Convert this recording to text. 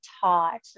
taught